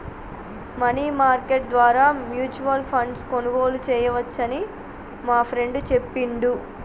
money market ద్వారా mutual ఫండ్ను కొనుగోలు చేయవచ్చని మా ఫ్రెండు చెప్పిండు